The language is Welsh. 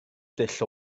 dull